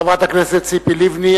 חברת הכנסת ציפי לבני,